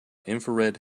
infrared